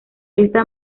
esta